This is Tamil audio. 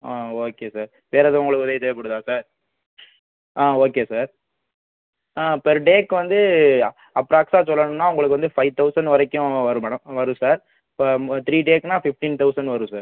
ஆ ஓகே சார் வேறு எதுவும் உங்களுக்கு உதவி தேவைப்படுதா sir ah okay sir ah per டேக்கு வந்து அப்ராக்ஸாக சொல்லணுன்னா உங்களுக்கு வந்து ஃபைவ் தௌசண்ட் வரைக்கும் வரும் மேடம் வரும் சார் இப்போ மொ த்ரீ டேஸ்னா ஃபிஃப்டீன் தௌசண்ட் வரும் சார்